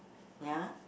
ya